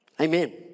Amen